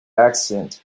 accident